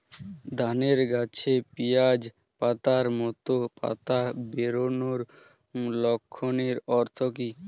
ধানের গাছে পিয়াজ পাতার মতো পাতা বেরোনোর লক্ষণের অর্থ কী?